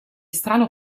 strano